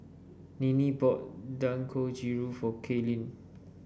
Ninnie bought Dangojiru for Kalyn